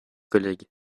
collègues